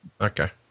Okay